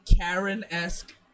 Karen-esque